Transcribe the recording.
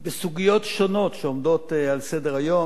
בסוגיות שונות שעומדות על סדר-היום,